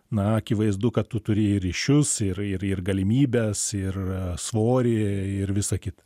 na akivaizdu kad tu turi ir ryšius ir ir ir galimybes ir svorį ir visa kita